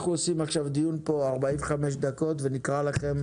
אנחנו עושים דיון פה ונקרא לכם